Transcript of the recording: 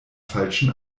falschen